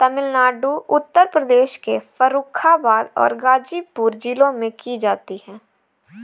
तमिलनाडु उत्तर प्रदेश के फर्रुखाबाद और गाजीपुर जिलों में की जाती है